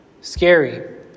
scary